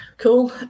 Cool